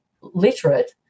literate